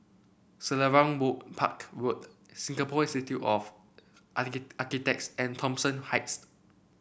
Selarang Road Park Road Singapore Institute of Architects and Thomson Heights